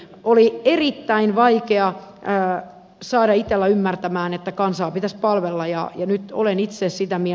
oli erittäin vaikea saada itella ymmärtämään että kansaa pitäisi palvella ja olen itse sitä mi